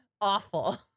awful